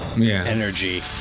energy